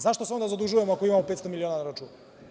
Zašto se onda zadužujemo ako ima 500 miliona na računu?